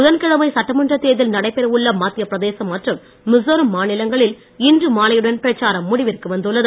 புதன் கிழமை சட்டமன்றத் தேர்தல் நடைபெற உள்ள மத்தியப்பிரதேசம் மற்றும் மிசோராம் மாநிலங்களில் இன்று மாலையுடன் பிரச்சாரம் முடிவிற்கு வந்துள்ளது